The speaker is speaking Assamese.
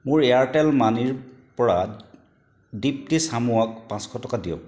মোৰ এয়াৰটেল মানিৰ পৰা দীপ্তি চামুৱাক পাঁচশ টকা দিয়ক